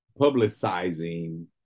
publicizing